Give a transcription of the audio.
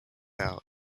out